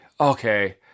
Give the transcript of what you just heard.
Okay